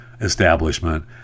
establishment